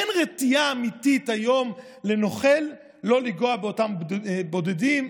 אין רתיעה אמיתית היום לנוכל שלא לנגוע באותם בודדים,